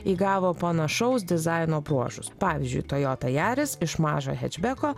įgavo panašaus dizaino bruožus pavyzdžiui toyota jaris iš mažo hečbeko